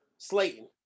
Slayton